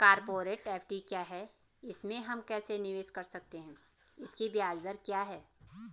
Corporate FD क्या है इसमें हम कैसे निवेश कर सकते हैं इसकी ब्याज दर क्या है?